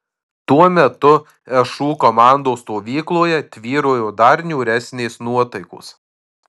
tuo metu šu komandos stovykloje tvyrojo dar niūresnės nuotaikos